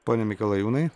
pone mikalajūnai